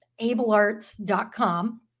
ablearts.com